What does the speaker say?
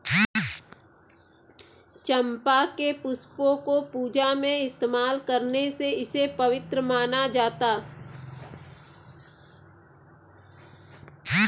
चंपा के पुष्पों को पूजा में इस्तेमाल करने से इसे पवित्र माना जाता